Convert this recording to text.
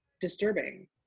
disturbing